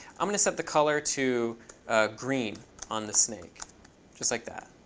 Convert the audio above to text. i'm going to set the color to green on the snake just like that.